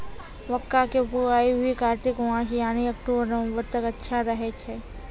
मक्का के बुआई भी कातिक मास यानी अक्टूबर नवंबर तक अच्छा रहय छै